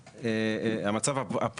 המצב המשפטי הנוהג היום,